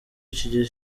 iki